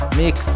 mix